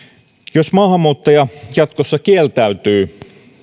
jos maahanmuuttaja jatkossa kieltäytyy